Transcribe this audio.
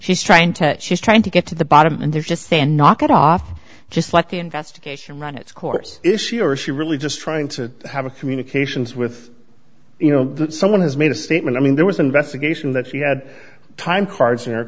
she's trying to she's trying to get to the bottom and they're just and knock it off just like the investigation run its course issue or she really just trying to have a communications with you know someone has made a statement i mean there was an investigation that she had time cards in her